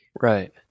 right